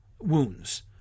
wounds